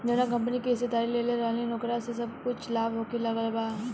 जावना कंपनी के हिस्सेदारी लेले रहनी ओकरा से अब कुछ लाभ होखे लागल बा